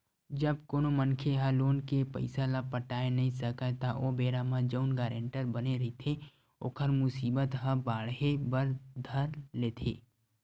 जब कोनो मनखे ह लोन के पइसा ल पटाय नइ सकय त ओ बेरा म जउन गारेंटर बने रहिथे ओखर मुसीबत ह बाड़हे बर धर लेथे